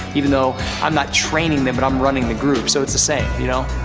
even though i'm not training them but i'm running the group so it's the same, you know?